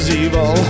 evil